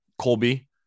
Colby